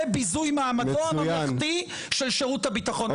זה ביזוי מעמדו הממלכתי של שירות הביטחון הכללי.